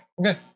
Okay